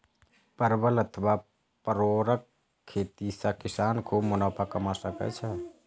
परवल अथवा परोरक खेती सं किसान खूब मुनाफा कमा सकै छै